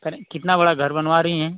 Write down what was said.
कहे रहें कितना बड़ा घर बनवा रही हैं